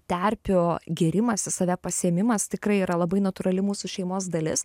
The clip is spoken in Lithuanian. terpių gėrimas į save pasiėmimas tikrai yra labai natūrali mūsų šeimos dalis